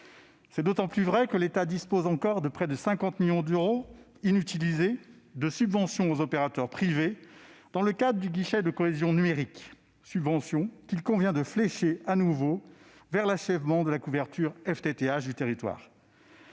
C'est d'autant plus vrai que l'État dispose encore de près de 50 millions d'euros de subventions aux opérateurs privés inutilisées dans le cadre du guichet de cohésion numérique des territoires, subventions qu'il convient de flécher à nouveau vers l'achèvement de la couverture FTTH du territoire.